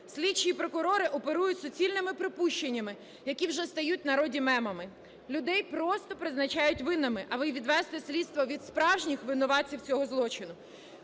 слідчі і прокурори оперують суцільними припущеннями, які вже стають в народі мемами, людей просто призначають винними, аби відвести слідство від справжніх винуватців цього злочину.